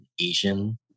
Asian